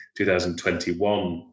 2021